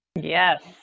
Yes